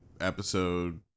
episode